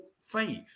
faith